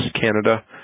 Canada